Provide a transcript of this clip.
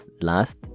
last